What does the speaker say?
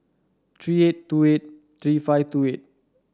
three eight two eight three five two eight